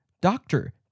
doctor